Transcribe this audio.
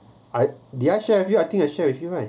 I did I share with you I think I share with you right